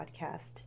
podcast